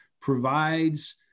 provides